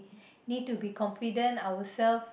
need to be confident ourself